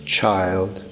child